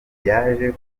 yaje